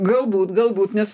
galbūt galbūt nes